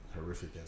horrific